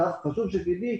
חשוב שתדעי,